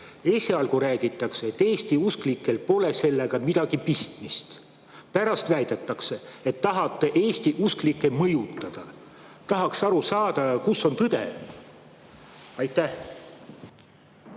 Esialgu räägitakse, et Eesti usklikel pole sellega midagi pistmist. Pärast väidetakse, et tahate Eesti usklikke mõjutada. Tahaks aru saada, kus on tõde.